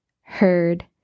heard